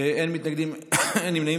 אין מתנגדים, אין נמנעים.